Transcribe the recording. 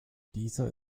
dieser